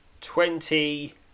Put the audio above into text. Twenty